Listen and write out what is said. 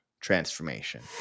transformation